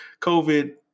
COVID